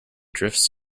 drifts